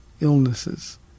illnesses